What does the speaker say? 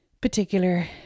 particular